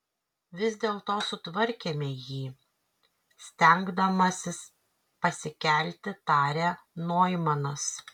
vis dėlto sutvarkėme jį stengdamasis pasikelti tarė noimanas